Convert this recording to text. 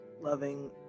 loving